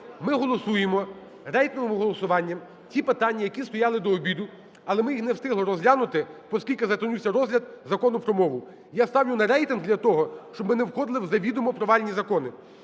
ми голосуємо рейтингове голосуванням ті питання, які стояли до обіду, але ми їх не встигли розглянути, поскільки затягнувся розгляд Закону про мову. Я ставлю на рейтинг для того, щоб ми не входили в завідомо провальні закони.